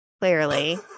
clearly